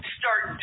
start